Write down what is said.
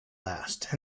last